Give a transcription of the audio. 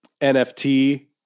NFT